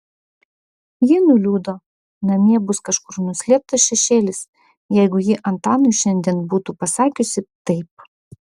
ji nuliūdo namie bus kažkur nuslėptas šešėlis jeigu ji antanui šiandien būtų pasakiusi taip